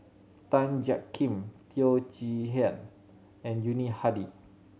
Tan Jiak Kim Teo Chee Hean and Yuni Hadi